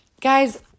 guys